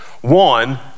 One